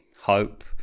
hope